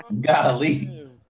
Golly